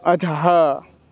अधः